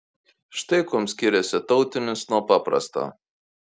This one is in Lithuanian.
štai kuom skiriasi tautinis nuo paprasto